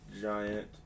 Giant